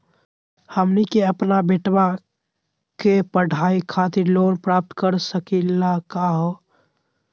हमनी के अपन बेटवा क पढावे खातिर लोन प्राप्त कर सकली का हो?